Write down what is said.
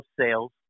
sales